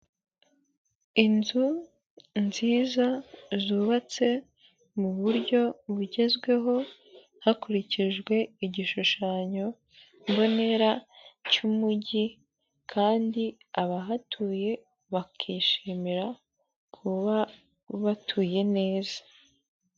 Inzu nziza zubatse mu buryo bugezweho hakurikijwe igishushanyo mbonera cy'umujyi kandi abahatuye bakishimira kuba batuye neza.